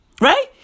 Right